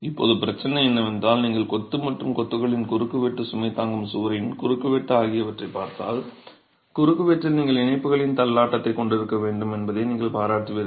இப்போது பிரச்சனை என்னவென்றால் நீங்கள் கொத்து மற்றும் கொத்துகளின் குறுக்குவெட்டு சுமை தாங்கும் சுவரின் குறுக்குவெட்டு ஆகியவற்றைப் பார்த்தால் குறுக்குவெட்டில் நீங்கள் இணைப்புகளின் தள்ளாட்டத்தைக் கொண்டிருக்க வேண்டும் என்பதை நீங்கள் பாராட்டுவீர்கள்